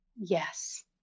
Yes